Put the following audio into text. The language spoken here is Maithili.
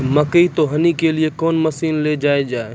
मकई तो हनी के लिए कौन मसीन ले लो जाए?